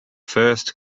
first